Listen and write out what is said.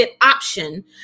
option